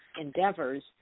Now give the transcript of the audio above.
endeavors